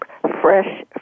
fresh